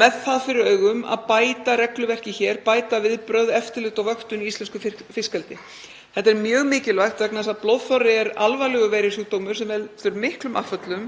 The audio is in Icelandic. með það fyrir augum að bæta regluverkið hér, bæta viðbrögð, eftirlit og vöktun í íslensku fiskeldi. Þetta er mjög mikilvægt vegna þess að blóðþorri er alvarlegur veirusjúkdómur sem veldur miklum afföllum